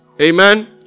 amen